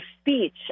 speech